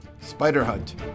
Spider-Hunt